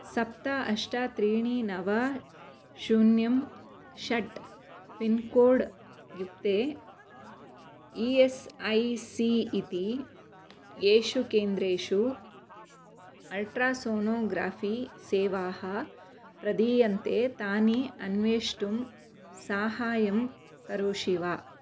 सप्त अष्ट त्रीणि नव शून्यं षट् पिन्कोड् युक्ते ई एस् ऐ सी इति येषु केन्द्रेषु अल्ट्रासोनोग्राफ़ी सेवाः प्रदीयन्ते तानि अन्वेष्टुं साहाय्यं करोषि वा